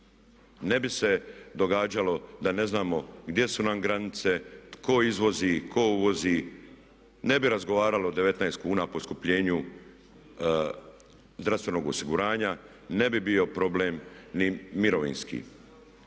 ne bi se događalo da ne znamo gdje su nam granice, tko izvozi, tko uvozi, ne bi razgovarali o 19 kuna poskupljenju zdravstvenog osiguranja, ne bi bio problem ni mirovinski.